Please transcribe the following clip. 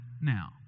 now